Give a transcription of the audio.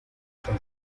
son